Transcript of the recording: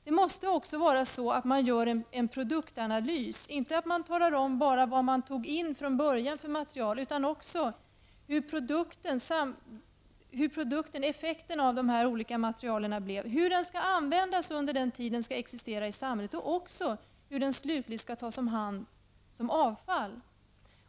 Man måste också göra en produktanalys, inte bara redovisa vilka material man från början satt in utan också hurdan effekten av de olika materialen blev, hur de skall användas under den tid som produkten skall existera i samhället och också hur den slutligt skall tas om hand som avfall.